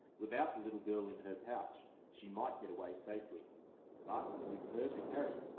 without the little girl in her pouch, she might get away safely but, with her to carry,